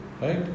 Right